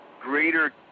greater